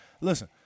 Listen